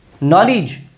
knowledge